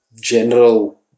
general